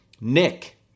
Nick